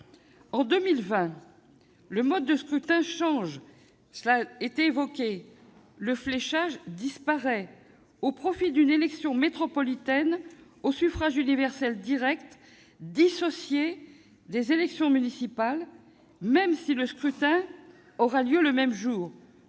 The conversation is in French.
En 2020, le mode de scrutin changera, comme cela a été évoqué : le fléchage disparaîtra au profit d'une élection métropolitaine au suffrage universel direct dissociée des élections municipales, même si le scrutin aura lieu le même jour,